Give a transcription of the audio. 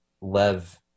Lev